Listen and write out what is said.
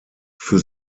für